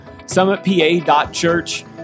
SummitPA.church